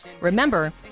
remember